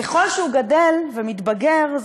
ככל שהוא גדל ומתבגר,